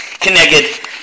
connected